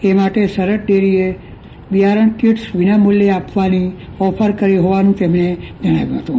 એ માટે સરહદ ડેરીએ બિયારણ કીટ્સ વિનામૂલ્યે આપવાની ઓફર કરી હોવાનું તેમણે જણાવ્યું હતું